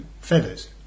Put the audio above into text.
feathers